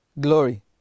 glory